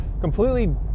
completely